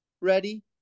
ready